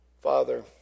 Father